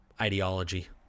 ideology